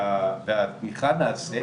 התמיכה נעשית